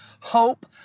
hope